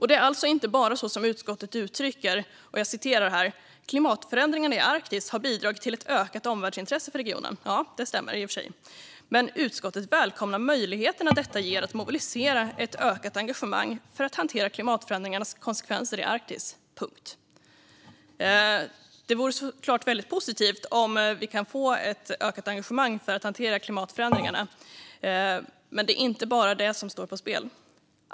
Det är alltså inte bara så som utskottet uttrycker att "klimatförändringarna i Arktis har bidragit till ett ökat omvärldsintresse för regionen", vilket i och för sig stämmer. Men utskottet fortsätter: "Utskottet välkomnar möjligheterna som detta ger att mobilisera ett ökat engagemang för att hantera klimatförändringarnas konsekvenser i Arktis." Det vore såklart väldigt positivt om vi kan få ett ökat engagemang för att hantera klimatförändringarna, men det är inte bara det som står på spel.